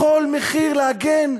בכל מחיר להגן?